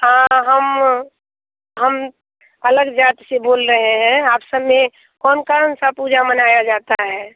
हाँ हम हम अलग जाति से बोल रहें हैं आप सब में कौन कौन सी पूजा मनाई जाती है